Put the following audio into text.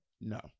No